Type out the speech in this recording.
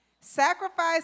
Sacrifice